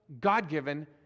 God-given